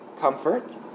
comfort